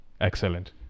Excellent